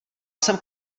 jsem